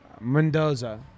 Mendoza